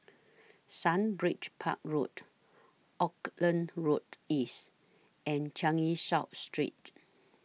Sundridge Park Road Auckland Road East and Changi South Street